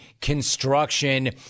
construction